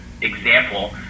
example